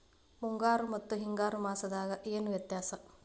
ಮುಂಗಾರು ಮತ್ತ ಹಿಂಗಾರು ಮಾಸದಾಗ ಏನ್ ವ್ಯತ್ಯಾಸ?